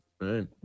Right